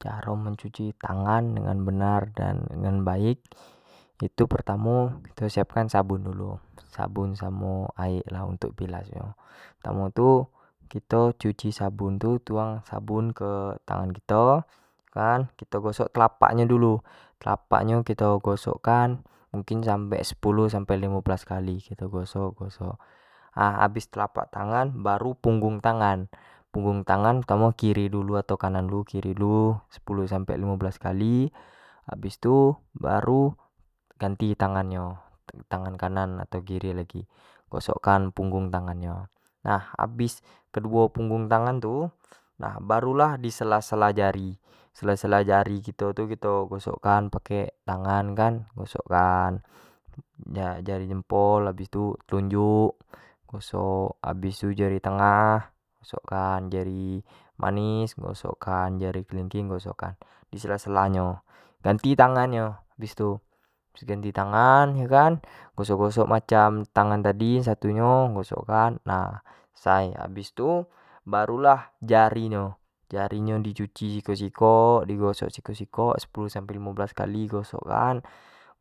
Caro mencuci tangan dengan benar dan baik, itu yang pertamo kito siapkan sabun dulu, sabun dengan aek lah untuk bilas nyo, pertamo tu kito cuci sabun tu, tuang sabun ke tangan kito kan kito gosk telapak nyo dulu, telapak nyo kito gosok kan mungkin sepuluh sampe limo belas kali kito gosok ha habis telapak tangan baru punggung tangan pertamo kiri dulu atau kanan dulu sepuluh sampe limo belas kali habis tu baru ganti tangan nyo kanan kiri, gosok kan punggung tangan nyo, nah habis keduo punggung tangan tu nah barunlah di sela-sela jari, sela-sela ajri tu kito gosok kan pake tangan kan, gosok kan jari jempol habis tu jari telunjuk, habis tu jari tengah gosok kan, habis tu jari manis gosok kan, jari kelingkin gosok kan di sela-sela nyo ganti tangan nyo tu, habis ganti tangan yo kan, gosok-gosok macam tangan tadi satu nyo, gosok kan nah selesai habis tu barulah jari-jari nyo di cuci sekok-sekok di gosok sikok-sikok sepuluh sampai limo belas kali gosok kan.